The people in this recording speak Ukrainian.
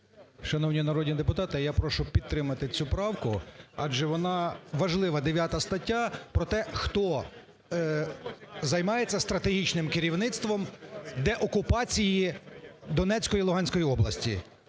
Шановні народні депутати, я прошу підтримати цю правку, адже вона важлива, 9 стаття, про те, хто займається стратегічним керівництвом деокупації Донецької і Луганської області.